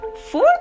Four